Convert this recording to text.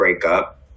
breakup